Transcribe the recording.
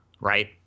Right